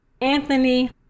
Anthony